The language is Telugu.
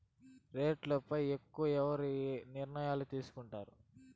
రేట్లు పై ఎక్కడ ఎవరు నిర్ణయాలు తీసుకొంటారు?